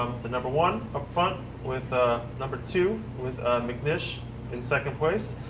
the number one, up front. with ah number two with mcnish in second place.